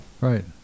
right